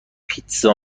پیتزا